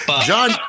John